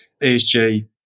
ESG